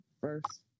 first